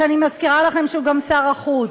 ואני מזכירה לכם שהוא גם שר החוץ,